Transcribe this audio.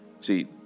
See